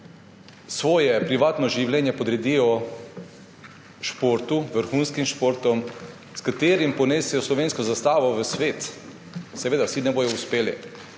svoje privatno življenje podredijo športu, vrhunskim športom, s katerimi ponesejo slovensko zastavo v svet? Seveda ne bodo uspeli